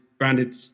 branded